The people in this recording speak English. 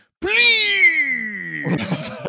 Please